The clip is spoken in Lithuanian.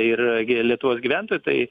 ir lietuvos gyventojų tai